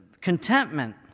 contentment